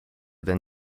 than